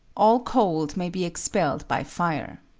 all cold may be expelled by fire.